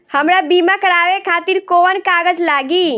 हमरा बीमा करावे खातिर कोवन कागज लागी?